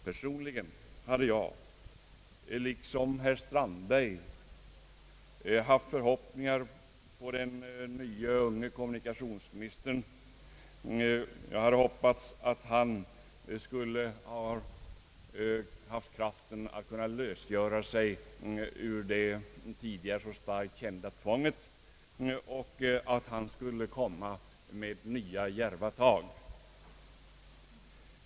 Personligen hade jag liksom herr Strandberg haft förhoppningar på den nye, unge kommunikationsministern. Jag hade hoppats att han skulle haft kraften att kunna lösgöra sig ur det tidigare så starkt kända tvånget och att han skulle komma med nya djärva tag.